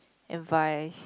and vice